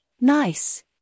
Nice